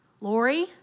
Lori